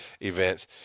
events